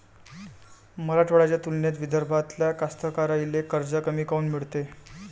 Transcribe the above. मराठवाड्याच्या तुलनेत विदर्भातल्या कास्तकाराइले कर्ज कमी काऊन मिळते?